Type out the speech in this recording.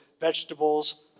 Vegetables